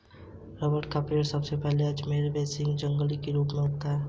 rubber का पेड़ सबसे पहले अमेज़न बेसिन में जंगली रूप से उगता था